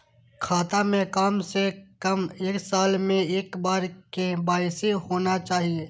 खाता में काम से कम एक साल में एक बार के.वाई.सी होना चाहि?